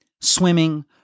swimming